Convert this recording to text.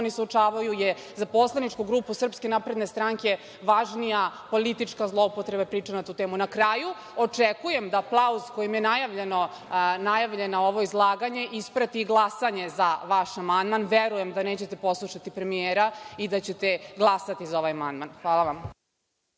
oni suočavaju je za poslaničku grupu SNS važnija politička zloupotreba priče na tu temu. Na kraju, očekujem da aplauz kojim je najavljeno na ovo izlaganje isprati i glasanje za vaš amandman. Verujem da nećete poslušati premijera i da ćete glasati za ovaj amandman. Hvala vam.